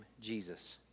Jesus